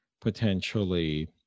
potentially